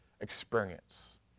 experience